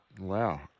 Wow